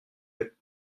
eux